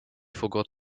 forgot